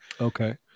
Okay